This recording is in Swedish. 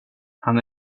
han